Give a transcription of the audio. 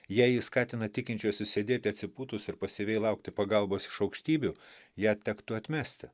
jei ji skatina tikinčiuosius sėdėti atsipūtus ir pasyviai laukti pagalbos iš aukštybių ją tektų atmesti